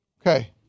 Okay